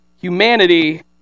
humanity